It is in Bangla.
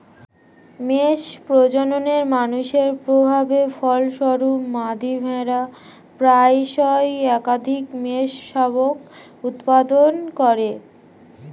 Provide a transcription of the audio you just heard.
মেষ প্রজননে মানুষের প্রভাবের ফলস্বরূপ, মাদী ভেড়া প্রায়শই একাধিক মেষশাবক উৎপাদন করে